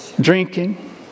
drinking